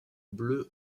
bleu